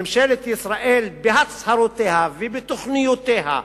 ממשלת ישראל, בהצהרותיה ובתוכניותיה,